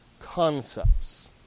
concepts